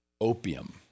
opium